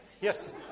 yes